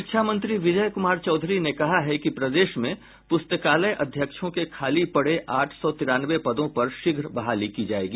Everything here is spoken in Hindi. शिक्षा मंत्री विजय कुमार चौधरी ने कहा है कि प्रदेश में पुस्तकालय अध्यक्षों के खाली पड़े आठ सौ तिरानवे पदों पर शीघ्र बहाली की जायेगी